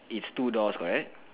is two doors correct